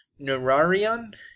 Nararion